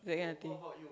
that kind of thing